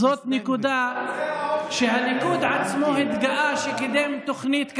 זאת נקודה שהליכוד עצמו התגאה שקידם תוכנית כלכלית,